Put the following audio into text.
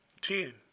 ten